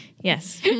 Yes